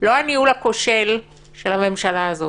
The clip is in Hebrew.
לא הניהול הכושל של הממשלה הזאת.